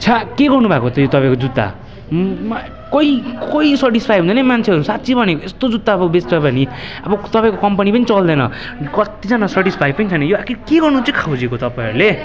छ्या के गर्नु भएको त्यो तपाईँको जुत्ता कोही कोही सेटिस्फाई हुँदैन है मान्छेहरू साँच्ची भनेको यस्तो जुत्ता अब बेच्छ भने अब तपाईँको कम्पनी पनि चल्दैन कतिजना सेटिस्फाई पनि छैन यो आखिर के गर्नु चाहिँ खोजेको तपाईँहरूले